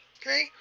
Okay